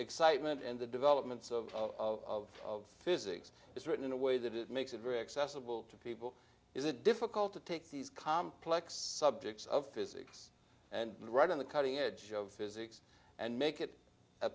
excitement and the developments of of of physics is written in a way that it makes a very accessible to people is it difficult to take these complex subjects of physics and right on the cutting edge of physics and make it a